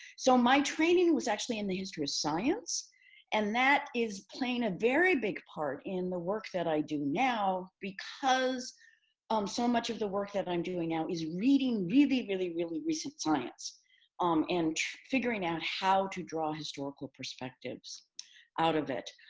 so, my training was actually in the history of science and that is playing a very big part in the work that i do now, because um so much of the work that i'm doing now is reading really, really, really recent science um and figuring out how to draw historical perspectives out of it.